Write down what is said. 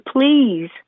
please